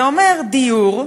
זה אומר דיור,